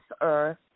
earth